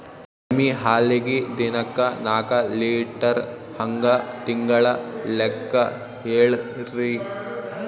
ಎಮ್ಮಿ ಹಾಲಿಗಿ ದಿನಕ್ಕ ನಾಕ ಲೀಟರ್ ಹಂಗ ತಿಂಗಳ ಲೆಕ್ಕ ಹೇಳ್ರಿ?